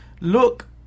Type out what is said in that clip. Look